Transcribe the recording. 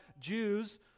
Jews